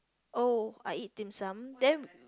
oh I eat Dim Sum then